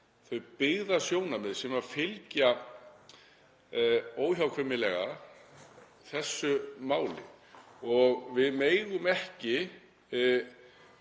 þau byggðasjónarmið sem fylgja óhjákvæmilega þessu máli. Við megum ekki